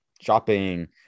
shopping